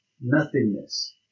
nothingness